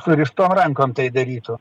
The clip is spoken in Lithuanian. surištom rankom tai darytų